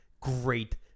great